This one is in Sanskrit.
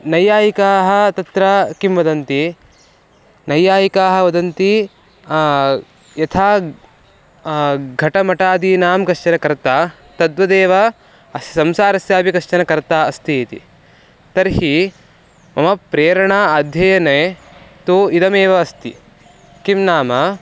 नैयायिकाः तत्र किं वदन्ति नैयायिकाः वदन्ति यथा घटपटादीनां कश्चनः कर्ता तद्वदेव अस्य संसारस्यापि कश्चनः कर्ता अस्ति इति तर्हि मम प्रेरणा अध्ययने तु इदमेव अस्ति किं नाम